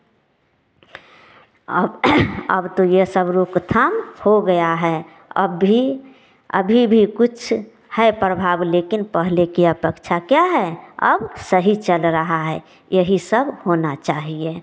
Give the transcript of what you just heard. op अब तो यह सब रोक थाम हो गया है अब भी अभी भी कुछ है प्रभाव लेकिन पहले के अपेक्षा क्या है अब सही चल रहा है यही सब होना चाहिए